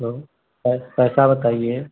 तो पै पैसा बताइए